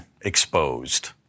exposed